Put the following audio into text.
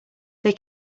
they